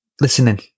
listening